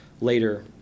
later